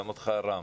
אני מברך אותך, רם.